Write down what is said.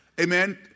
amen